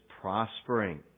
prospering